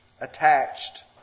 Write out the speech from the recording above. attached